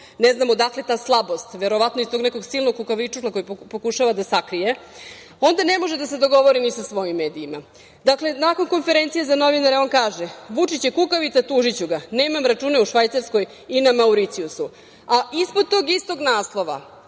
ne znam odakle ta slabost, verovatno iz tog nekog silnog kukavičluka koji pokušava da sakrije, onda ne može da se dogovori ni sa svojim medijima. Dakle, nakon konferencije za novinare on kaže: "Vučić je kukavica. Tužiću ga. Nemam račune u Švajcarskoj i na Mauricijusu." Ispod tog istog naslova,